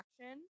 action